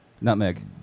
Nutmeg